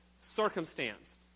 circumstance